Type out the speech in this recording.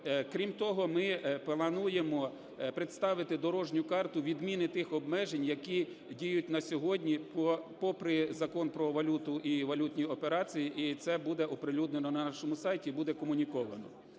Крім того, ми плануємо представити дорожню карту відміни тих обмежень, які діють на сьогодні попри Закон "Про валюту і валютні операції", і це буде оприлюднено на нашому сайті і буде комуніковано.